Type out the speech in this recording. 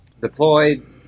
Deployed